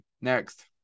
next